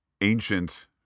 ancient